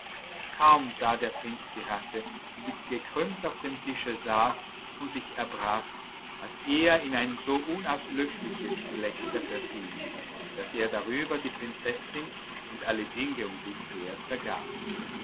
kaum sah der prinz die ratte die gekrümmt auf dem tische saß und sich erbrach als er in ein so unauslöschliches gelächter verfiel daß er darüber die prinzessin und alle dinge um sich her vergaß